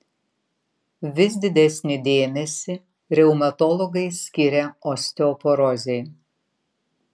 vis didesnį dėmesį reumatologai skiria osteoporozei